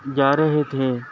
جا رہے تھے